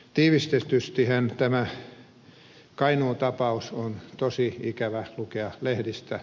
tiivistetystihän tämä kainuu tapaus on tosi ikävä lukea lehdistä